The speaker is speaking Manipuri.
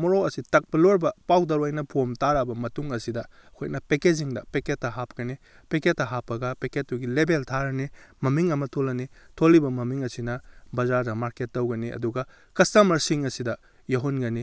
ꯃꯣꯔꯣꯛ ꯑꯁꯦ ꯇꯛꯄ ꯂꯣꯏꯔꯕ ꯄꯥꯎꯗꯔ ꯑꯣꯏꯅ ꯐꯣꯝ ꯇꯥꯔꯛꯑꯕ ꯃꯇꯨꯡ ꯑꯁꯤꯗ ꯑꯩꯈꯣꯏꯅ ꯄꯦꯀꯦꯖꯤꯡꯗ ꯄꯦꯀꯦꯠꯇ ꯍꯥꯞꯀꯅꯤ ꯄꯦꯀꯦꯠꯇ ꯍꯥꯞꯄꯒ ꯄꯦꯀꯦꯠꯇꯨꯒꯤ ꯂꯦꯕꯦꯜ ꯊꯥꯔꯅꯤ ꯃꯃꯤꯡ ꯑꯃ ꯊꯣꯜꯂꯅꯤ ꯊꯣꯜꯂꯤꯕ ꯃꯃꯤꯡ ꯑꯁꯤꯅ ꯕꯖꯥꯔꯗ ꯃꯥꯔꯀꯦꯠ ꯇꯧꯒꯅꯤ ꯑꯗꯨꯒ ꯀꯁꯇꯃꯔꯁꯤꯡ ꯑꯁꯤꯗ ꯌꯧꯍꯟꯒꯅꯤ